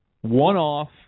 one-off